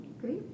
Great